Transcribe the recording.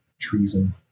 treason